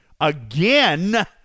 again